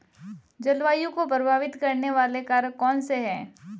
जलवायु को प्रभावित करने वाले कारक कौनसे हैं?